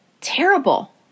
terrible